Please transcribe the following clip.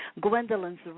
Gwendolyn's